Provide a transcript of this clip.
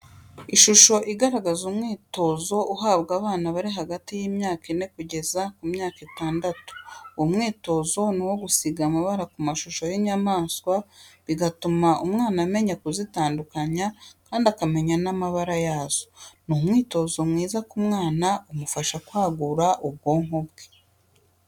Ishusho igaragaza umwitozo uhabwa abana bari hagati y'imyaka ine kugera ku myaka itandatu, uwo mwitozo ni uwo gusiga amabara ku mashusho y'inyamaswa, bigatuma umwana amenya kuzitandukanya kandi akamenya n'amabara yazo. ni umwitozo mwiza ku mwana, umufasha kwagura ubwonko bwe.